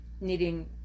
needing